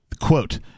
Quote